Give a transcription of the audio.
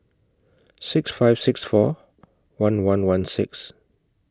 six five six four one one one six